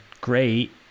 great